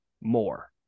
more